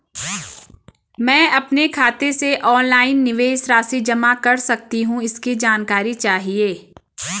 मैं अपने खाते से ऑनलाइन निवेश राशि जमा कर सकती हूँ इसकी जानकारी चाहिए?